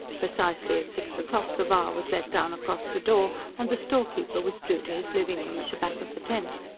precisely at six o'clock the bar was let down across the door, and the storekeeper withdrew to his living-room at the back of the tent.